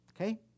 okay